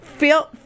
Feel